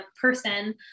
person